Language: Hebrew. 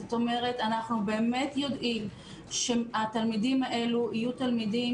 זאת אומרת: אנחנו באמת יודעים שהתלמידים האלה יהיו תלמידים